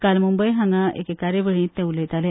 काल मुंबयंत एके कार्यावळींत ते उलयताले